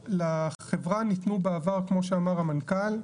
לחברה ניתנו בעבר כמו שאמר המנכ"ל,